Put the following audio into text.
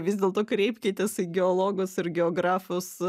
vis dėl to kreipkitės į geologus ir geografus